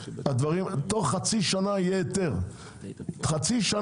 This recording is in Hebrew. תוך חצי שנה יהיה היתר, גג.